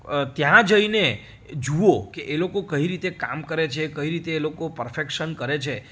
ત્યાં જઈને જુઓ કે એ લોકો કઈ રીતે કામ કરે છે કઈ રીતે એ લોકો પરફેકશન કરે છે